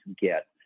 get